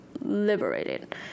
liberated